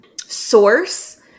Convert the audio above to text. source